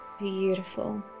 Beautiful